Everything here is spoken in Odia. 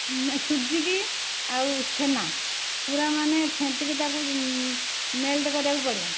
ସୁଜିକୁ ଆଉ ଛେନା ପୁରା ମାନେ ଫେଣ୍ଟିକି ତାକୁ ମେଲ୍ଟ୍ କରିବାକୁ ପଡ଼ିବ